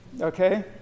Okay